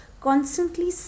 constantly